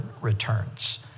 returns